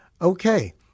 Okay